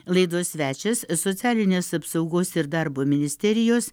laidos svečias socialinės apsaugos ir darbo ministerijos